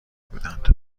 بودند